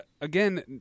Again